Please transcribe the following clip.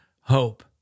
hope